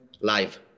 live